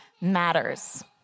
matters